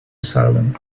asylum